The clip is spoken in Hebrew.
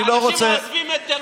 תשמע,